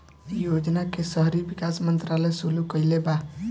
इ योजना के शहरी विकास मंत्रालय शुरू कईले बा